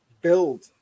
build